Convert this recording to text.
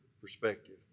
perspective